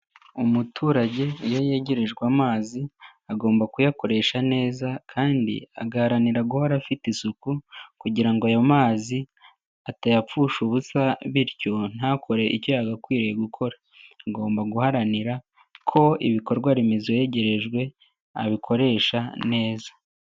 Umuturage iyo yegerejwe amazi, agomba kuyakoresha neza kandi agaharanira guhora afite isuku kugira ngo ayo mazi atayapfusha ubusa bityo ntakore icyo agakwiriye gukora. Agomba guharanira ko ibikorwa remezo yegerejwe, abikoresha neza.